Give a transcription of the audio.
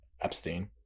Epstein